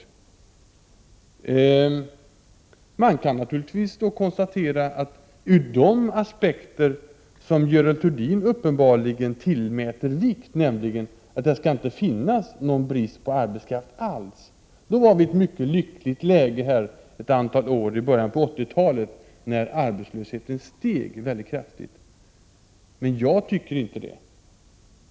Zz Man kan naturligtvis konstatera att ur den aspekt som Görel Thurdin uppenbarligen tillmäter vikt, nämligen att det inte skall finnas någon brist på arbetskraft alls, var vi i ett mycket lyckligt läge ett antal år i början på 80-talet, när arbetslösheten steg väldigt kraftigt. Men jag tycker inte det.